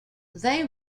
they